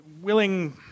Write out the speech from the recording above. willing